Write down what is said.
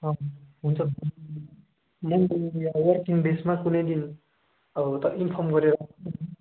हुन्छ मेन त यो वर्किङ डेसमा कुनै दिन अब तपाईँ इन्फर्म गरेर आउनु नि